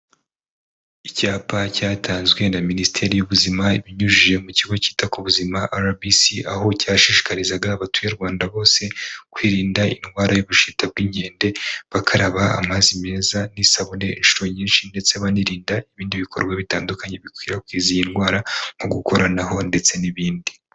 Icyapa cyatanzwe na Minisiteri y'ubuzima, ibinyujije mu kigo cyita ku buzima RBC, aho cyashishikarizaga abaturarwanda bose kwirinda indwara y'ubushita bw'inkende, bakaraba amazi meza n'isabune inshuro nyinshi ndetse banirinda ibindi bikorwa bitandukanye bikwirakwiza iyi ndwara, nko gukoranaho ndetse n'ibindi.